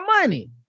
money